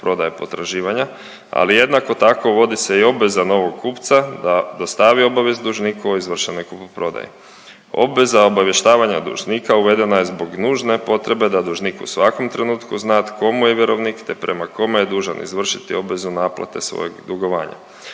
ali jednako tako, vodi se i obveza novog kupca da dostavi obavijest dužniku o izvršenoj kupoprodaji. Obveza obavještavanja dužnika uvedena je zbog nužne potrebe da dužnik u svakom trenutku zna tko mu je vjerovnik te prema kome je dužan izvršiti obvezu naplate svojeg dugovanja.